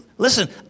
Listen